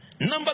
Number